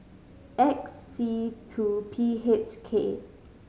X C two P H K